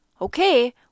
okay